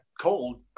cold